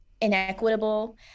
inequitable